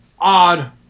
odd